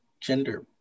Gender